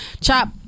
Chop